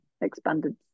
expanded